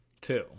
two